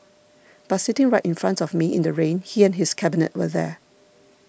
but sitting right in front of me in the rain he and his cabinet were there